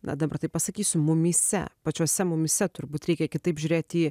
na dabar taip pasakysiu mumyse pačiuose mumyse turbūt reikia kitaip žiūrėt į